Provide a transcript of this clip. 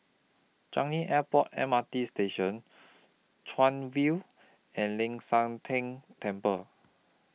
Changi Airport M R T Station Chuan View and Ling San Teng Temple